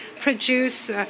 produce